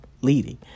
leading